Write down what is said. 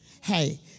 hey